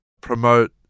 promote